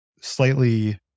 slightly